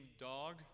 dog